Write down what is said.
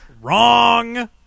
wrong